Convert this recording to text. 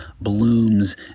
blooms